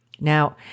Now